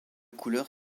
couleur